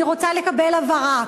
אני רוצה לקבל הבהרה.